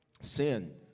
Sin